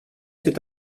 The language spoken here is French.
cet